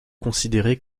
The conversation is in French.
considérée